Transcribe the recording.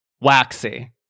Waxy